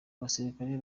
abasirikare